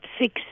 six